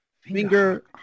Finger